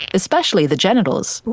especially, the genitals.